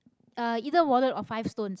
uh either wallet or five stones